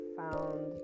found